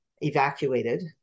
evacuated